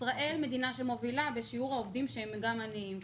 ישראל מדינה שמובילה בשיעור העובדים שהם גם עניים.